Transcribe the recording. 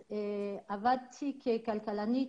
בצרפת עבדתי ככלכלנית,